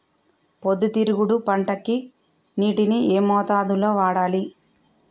పొద్దుతిరుగుడు పంటకి నీటిని ఏ మోతాదు లో వాడాలి?